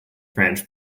french